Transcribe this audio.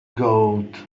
goat